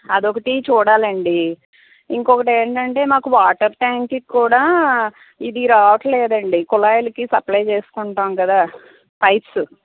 అదొకటి చూడాలండి ఇంకోకటి ఏంటంటే మాకు వాటర్ ట్యాంక్కి కూడా ఇది రావడం లేదండి కుళాయిలకి సప్లై చేసుకుంటాం కదా పైప్స్